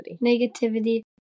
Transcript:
negativity